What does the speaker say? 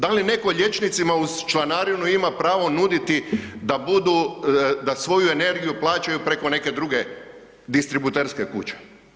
Da li netko liječnicima uz članarinu ima pravo nuditi da budu, da svoju energiju plaćaju preko neke druge distributerske kuće?